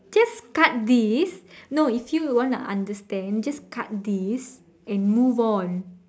just cut this no if you want to understand just cut this and move on